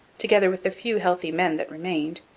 together with the few healthy men that remained,